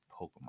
Pokemon